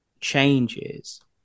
changes